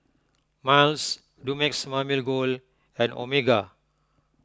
Miles Dumex Mamil Gold and Omega